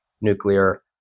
nuclear